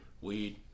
Weed